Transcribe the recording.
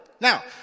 Now